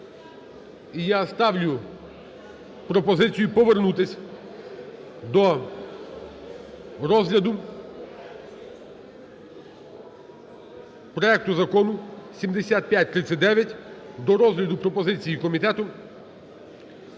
я ставлю пропозицію повернутися до розгляду проекту Закону 7539, до розгляду пропозиції комітету